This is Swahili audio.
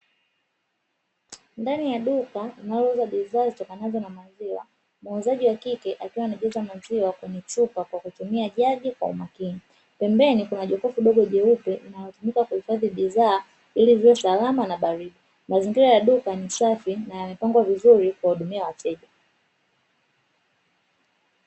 Ndani ya duka linalouza bidhaa zitoakanao na maziwa, muuzaji wa kike akiwa anajaza maziwa kwenye chupa kwa kutumia jagi kwa umakini, pembeni kuna jokofu dogo jeupe linalotumika kuhifadhi bidhaa, ili ziwe salama na baridi, mazingira ya duka ni safi na yamepangwa vizuri kuwahudumia wateja.